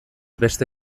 beste